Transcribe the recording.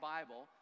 Bible